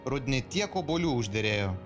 rudenį tiek obuolių užderėjo